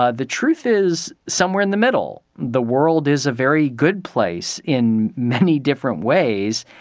ah the truth is somewhere in the middle. the world is a very good place in many different ways,